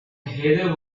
heather